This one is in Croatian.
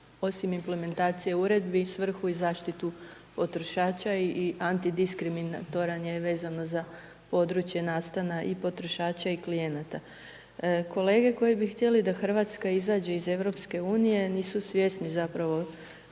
osim implementacije Uredbi i svrhu i zaštitu potrošača i antidiskriminatoran je vezano za područje nastana i potrošača i klijenata. Kolege koji bi htjeli da RH izađe iz EU nisu svjesni zapravo